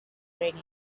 already